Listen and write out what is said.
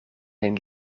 een